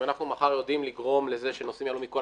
אם אנחנו מחר יודעים לגרום לזה שנוסעים יעלו מכל